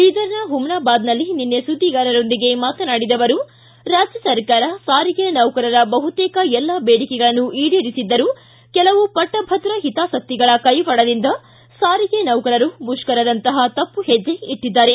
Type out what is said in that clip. ಬೀದರನ ಮಮನಾಬಾದನಲ್ಲಿ ನಿನ್ನೆ ಸುದಿಗಾರರೊಂದಿಗೆ ಮಾತನಾಡಿದ ಅವರು ರಾಜ್ಯ ಸರ್ಕಾರ ಸಾರಿಗೆ ನೌಕರರ ಬಹುತೇಕ ಎಲ್ಲಾ ಬೇಡಿಕೆಗಳನ್ನು ಈಡೇರಿಸಿದ್ದರೂ ಕೆಲವು ಪಟ್ಟಭದ್ರ ಹಿತಾಸಕ್ತಿಗಳ ಕೈವಾಡದಿಂದ ಸಾರಿಗೆ ನೌಕರರು ಮುಷ್ಕರದಂತಹ ತಪ್ಪು ಹೆಜ್ಜೆ ಇಟ್ಟಿದ್ದಾರೆ